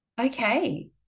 Okay